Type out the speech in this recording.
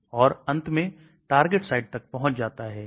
यदि हम इसे हटा दें तो पारगम्यता नाटकीय रूप से बढ़ जाती है